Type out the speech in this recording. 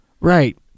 Right